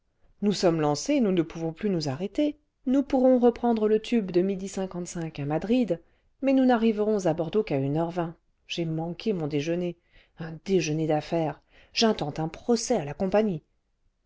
nous sommes lancés nous ne pouvons plus nous arrêter nous pourrons reprendre le tube de midi à madrid mais nous n'arriverons à bordeaux qu'à une norv j'ai manqué mon déjeuner un déjeuner d'affaires j'intente un procès à la compagnie